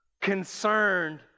concerned